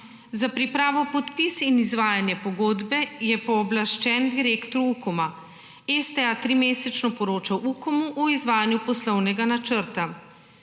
Za pripravo podpis in izvajanja pogodbe je pooblaščen direktor UKOM. STA trimesečno poroča UKOM o izvajanju poslovnega načrta.